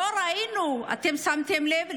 אתם שמתם לב?